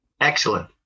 Excellent